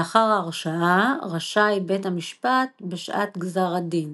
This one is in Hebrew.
לאחר ההרשעה רשאי בית המשפט, בשעת גזר הדין